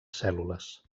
cèl·lules